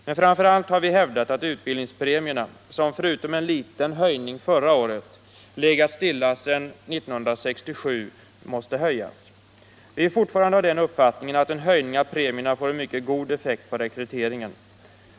Men framför allt har vi hävdat att utbildningspremierna, som — förutom en liten höjning förra året — legat stilla sedan 1967, måste höjas. Vi är fortfarande av den uppfattningen att en höjning av premierna får en mycket god effekt på rekryteringen.